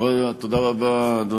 תודה רבה.